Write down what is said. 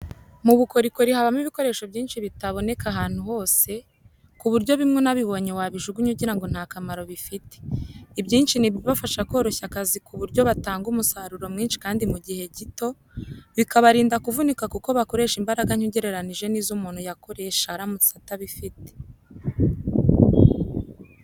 Mu bukorikori habamo ibikoresho byinshi bitaboneka ahantu hose, ku buryo bimwe unabibonye wabijugunya ugira ngo nta kamaro bifite. Ibyishi ni ibibafasha koroshya akazi ku buryo batanga umusaruro mwinshi kandi mu gihe gito, Bikabarinda kuvunika kuko bakoresha imbaraga nke ugereranije n'izo umuntu yakoresha aramutse atabifite.